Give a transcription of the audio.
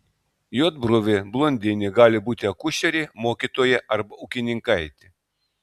juodbruvė blondinė gali būti akušerė mokytoja arba ūkininkaitė